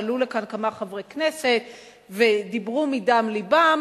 ועלו לכאן כמה חברי כנסת ודיברו מדם לבם,